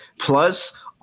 plus